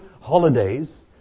holidays